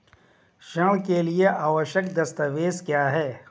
ऋण के लिए आवश्यक दस्तावेज क्या हैं?